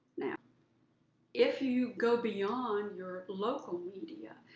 yeah if you go beyond your local media,